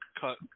Cut